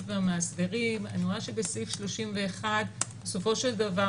והמאסדרים אני רואה שבסעיף 31 בסופו של דבר,